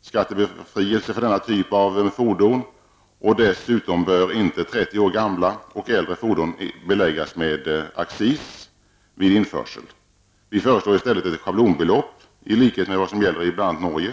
vägskattebefrielse för denna typ av fordon. Dessutom bör inte 30 år gamla eller äldre fordon beläggas med accis vid införsel. Vi föreslår i stället ett schablonbelopp i likhet med vad som gäller i bl.a. Norge.